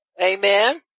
Amen